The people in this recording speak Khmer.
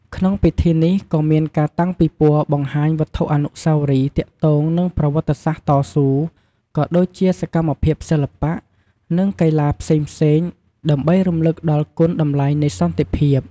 ក្នុងពិធីនេះ ក៏មានការតាំងពិព័រណ៍បង្ហាញវត្ថុអនុស្សាវរីយ៍ទាក់ទងនឹងប្រវត្តិសាស្ត្រតស៊ូ ក៏ដូចជាសកម្មភាពសិល្បៈ និងកីឡាផ្សេងៗ ដើម្បីរំលឹកដល់គុណតម្លៃនៃសន្តិភាព។